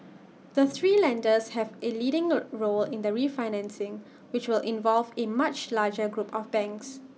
the three lenders have A leading role in the refinancing which will involve A much larger group of banks